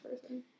person